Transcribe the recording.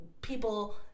people